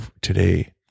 today